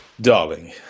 Darling